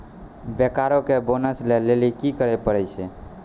बैंकरो के बोनस लै लेली कि करै पड़ै छै?